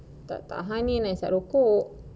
tak tahan ni nak hisap rokok